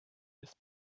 ist